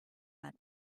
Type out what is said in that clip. that